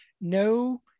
no